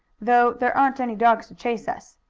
though there aren't any dogs to chase us.